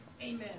Amen